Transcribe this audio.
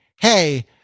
hey